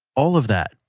all of that,